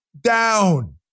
down